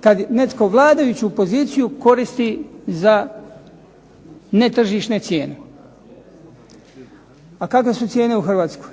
kad netko vladajuću poziciju koristi za netržišne cijene. A kakve su cijene u Hrvatskoj?